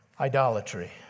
idolatry